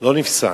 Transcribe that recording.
לא נפסק.